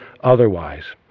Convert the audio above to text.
otherwise